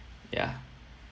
ya